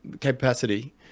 capacity